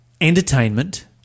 entertainment